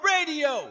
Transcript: Radio